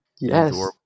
Yes